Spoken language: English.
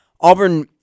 Auburn